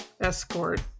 escort